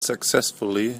successfully